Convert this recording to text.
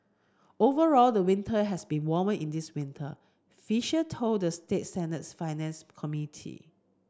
overall the winter has been warmer in this winter fisher told the state Senate's Finance Committee